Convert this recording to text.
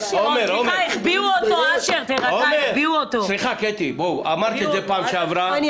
עומר, את מפריעה לי, את לא מקשיבה.